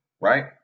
Right